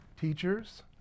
teachers